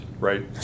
right